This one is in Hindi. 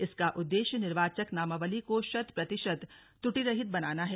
इसका उद्देश्य निर्वाचक नामावली को शत प्रतिशत त्रुटिरहित बनाना है